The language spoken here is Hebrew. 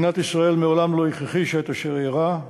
מדינת ישראל מעולם לא הכחישה את אשר אירע.